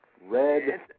Red